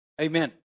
Amen